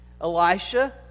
Elisha